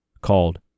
called